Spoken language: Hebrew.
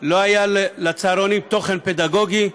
לא היה לצהרונים תוכן פדגוגי,